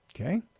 Okay